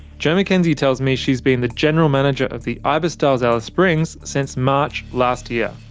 jo mckenzie tells me she has been the general manager of the ibis styles alice springs since march last year.